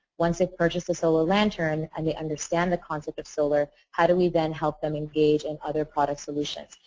once they purchase the solar lantern and they understand the concept of solar. how do we then help them engage in other product solutions?